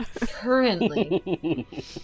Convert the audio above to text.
Currently